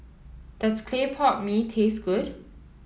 does Clay Pot Mee taste good